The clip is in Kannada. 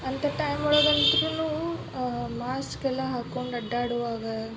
ಅಂಥ ಟೈಮೊಳಗೆ ಅಂತೂನು ಮಾಸ್ಕ್ ಎಲ್ಲ ಹಾಕೊಂಡು ಅಡ್ಡಾಡುವಾಗ